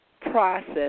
process